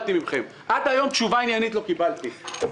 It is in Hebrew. עד היום תשובה עניינית לא קיבלתי מכם.